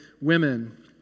women